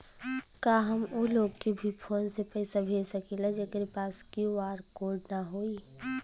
का हम ऊ लोग के भी फोन से पैसा भेज सकीला जेकरे पास क्यू.आर कोड न होई?